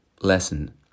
lesson